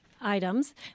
items